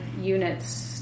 units